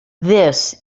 this